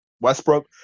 Westbrook